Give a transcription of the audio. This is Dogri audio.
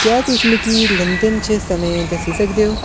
क्या तुस मिगी लंदन च समें दस्सी सकदे ओ